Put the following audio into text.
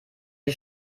die